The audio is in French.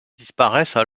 disparaissent